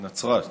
בנצרת,